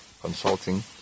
consulting